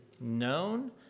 known